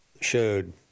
showed